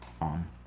on